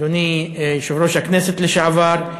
אדוני יושב-ראש הכנסת לשעבר,